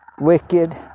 wicked